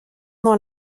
nom